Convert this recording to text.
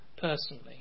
personally